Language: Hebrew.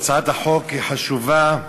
הצעת החוק היא חשובה,